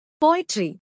poetry